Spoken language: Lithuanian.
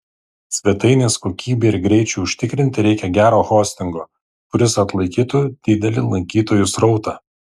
svetainės kokybei ir greičiui užtikrinti reikia gero hostingo kuris atlaikytų didelį lankytojų srautą